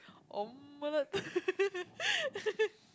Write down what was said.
omelette